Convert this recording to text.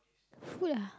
food ah